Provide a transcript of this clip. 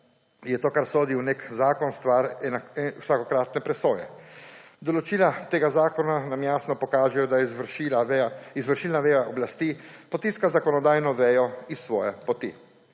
je to, kar sodi v nek zakon, stvar vsakokratne presoje. Določila tega zakona nam jasno pokažejo, da izvršilna veja oblasti potiska zakonodajno vejo s svoje poti.